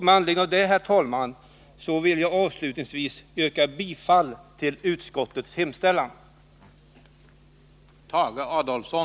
Med anledning av det vill jag, herr talman, avslutningsvis yrka bifall till utskottets hemställan.